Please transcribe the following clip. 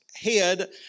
head